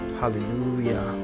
hallelujah